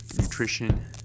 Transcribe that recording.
nutrition